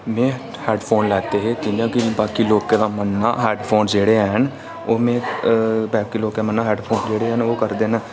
में हैडफोन लैते हे जि'यां कि बाकी लोकें दा मन्नना हैडफोन जेह्ड़े हैन ओह् में बाकी लोकें दा मन्नना जेह्ड़े हैन ओह् करदे न